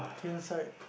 pin side